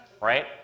right